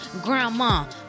grandma